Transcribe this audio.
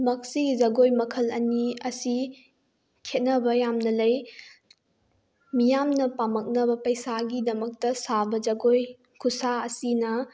ꯃꯁꯤꯒꯤ ꯖꯒꯣꯏ ꯃꯈꯜ ꯑꯅꯤ ꯑꯁꯤ ꯈꯦꯠꯅꯕ ꯌꯥꯝꯅ ꯂꯩ ꯃꯤꯌꯥꯝꯅ ꯄꯥꯝꯃꯛꯅꯕ ꯄꯩꯁꯥꯒꯤꯗꯃꯛꯇ ꯁꯥꯕ ꯖꯒꯣꯏ ꯈꯨꯠꯁꯥ ꯑꯁꯤꯅ